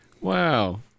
Wow